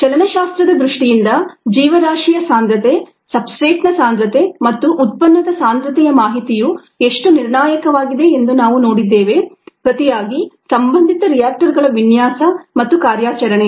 ಚಲನಶಾಸ್ತ್ರದ ದೃಷ್ಟಿಯಿಂದ ಜೀವರಾಶಿಯ ಸಾಂದ್ರತೆ ಸಬ್ಸ್ಟ್ರೇಟ್ನ ಸಾಂದ್ರತೆ ಮತ್ತು ಉತ್ಪನ್ನದ ಸಾಂದ್ರತೆಯ ಮಾಹಿತಿಯು ಎಷ್ಟು ನಿರ್ಣಾಯಕವಾಗಿದೆ ಎಂದು ನಾವು ನೋಡಿದ್ದೇವೆ ಪ್ರತಿಯಾಗಿ ಸಂಬಂಧಿತ ರಿಯಾಕ್ಟರ್ಗಳ ವಿನ್ಯಾಸ ಮತ್ತು ಕಾರ್ಯಾಚರಣೆ